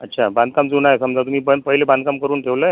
अच्छा बांधकाम जुनं आहे समजा तुम्ही पण पहिले बांधकाम करून ठेवलंय